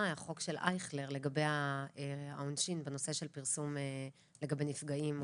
החוק של אייכלר לגבי העונשין בנושא של פרסום לגבי נפגעים.